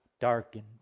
Darkened